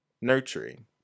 nurturing